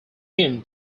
him